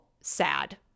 sad